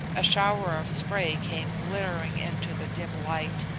a shower of spray came glittering into the dim light,